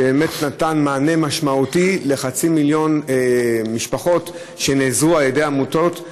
ובאמת נתן מענה משמעותי לחצי מיליון משפחות שנעזרו בעמותות,